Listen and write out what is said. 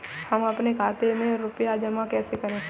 हम अपने खाते में रुपए जमा कैसे करें?